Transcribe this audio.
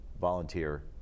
volunteer